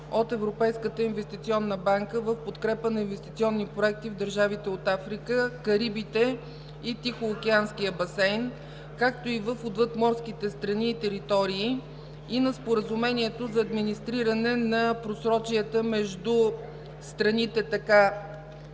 от Европейската инвестиционна банка в подкрепа на инвестиционни проекти в държавите от Африка, Карибите и Тихоокеанския басейн, както и в отвъдморските страни и територии и на Споразумението за администриране на просрочията между Кралство